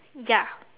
ya